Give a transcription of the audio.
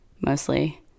mostly